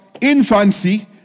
infancy